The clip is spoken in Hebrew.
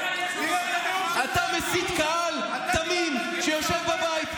אתה מסית קהל תמים שיושב בבית,